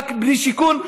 והשיכון,